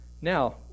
Now